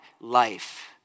life